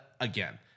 again